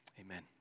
Amen